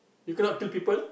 you cannot kill people